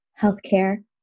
healthcare